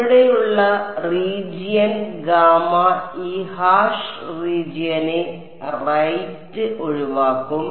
ഇവിടെയുള്ള region gamma ഈ hash റീജിയനെ റൈറ്റ് ഒഴിവാക്കും